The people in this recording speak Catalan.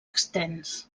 extens